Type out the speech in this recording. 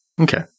Okay